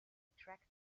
attracts